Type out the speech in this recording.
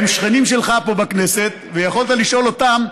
הם שכנים שלך פה בכנסת ויכולת לשאול אותם,